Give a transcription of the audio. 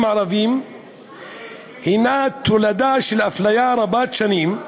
הערביים היא תולדה של אפליה רבת-שנים,